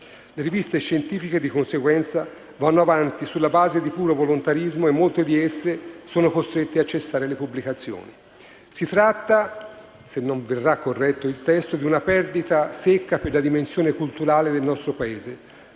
Le riviste scientifiche, di conseguenza, vanno avanti sulla base di puro volontarismo e molte di esse sono costrette a cessare le pubblicazioni. Si tratta - se il testo non verrà corretto - di una perdita secca per la dimensione culturale del nostro Paese,